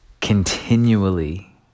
continually